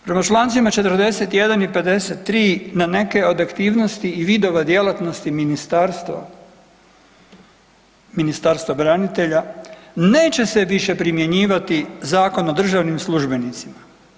Prema čl. 41 i 53 na neke od aktivnosti i vidova djelatnosti Ministarstva, Ministarstva branitelja, neće se više primjenjivati Zakon o državnim službenicima.